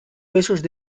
besos